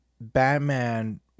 Batman